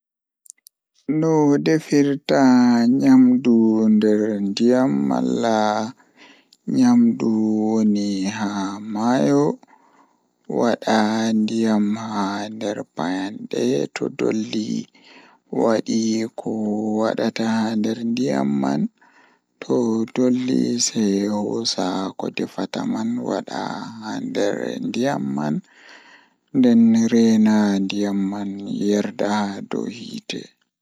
Ndabbawa jei mi buri yidugo kanjum woni gertugal ngam tomi wurni gertugam neebi-neebi mi wawan mi hirsa dum mi iyakka kudel am